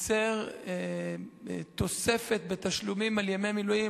יצר תוספת בתשלומים על ימי מילואים